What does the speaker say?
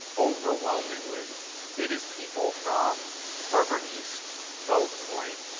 overwhelmingly it is people from harbor east, fells point,